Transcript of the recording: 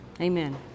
Amen